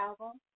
album